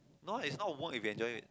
no is not work if you enjoy it